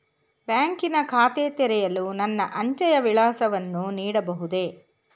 ಬ್ಯಾಂಕಿನ ಖಾತೆ ತೆರೆಯಲು ನನ್ನ ಅಂಚೆಯ ವಿಳಾಸವನ್ನು ನೀಡಬಹುದೇ?